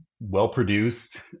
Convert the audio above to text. well-produced